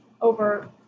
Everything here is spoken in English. over